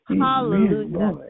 Hallelujah